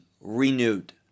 renewed